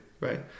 right